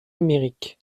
numérique